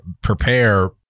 prepare